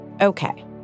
okay